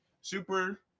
super